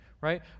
right